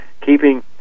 keeping